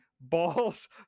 balls